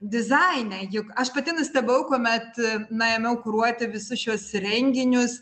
dizaine juk aš pati nustebau kuomet na ėmiau kuruoti visus šiuos renginius